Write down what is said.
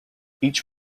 each